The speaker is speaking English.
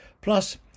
Plus